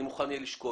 אני אהיה מוכן לשקול.